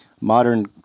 modern